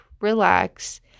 relax